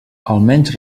almenys